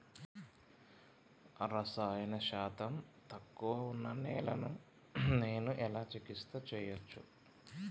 రసాయన శాతం తక్కువ ఉన్న నేలను నేను ఎలా చికిత్స చేయచ్చు?